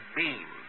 beam